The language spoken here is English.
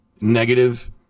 negative